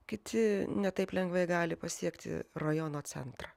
kiti ne taip lengvai gali pasiekti rajono centrą